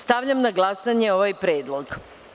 Stavljam na glasanje ovaj predlog.